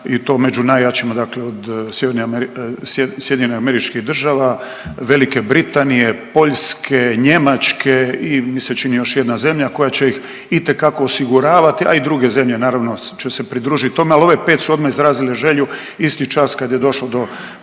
i to među najjačima, dakle od Sjeverne Amerike, SAD-a, Velike Britanije, Poljske, Njemačke i mi se čini još jedna zemlja koja će ih itekako osiguravati, a i druge zemlje će se naravno pridružiti tome, ali ove 5 su odmah izrazile želju isti čas kad je došlo do